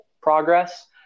progress